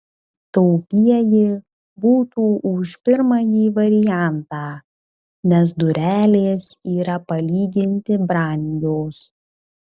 taupieji būtų už pirmąjį variantą nes durelės yra palyginti brangios